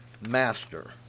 master